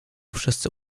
wszyscy